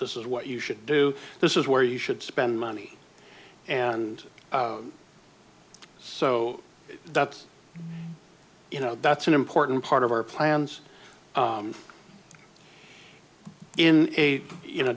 this is what you should do this is where you should spend money and so that's you know that's an important part of our plans in a you know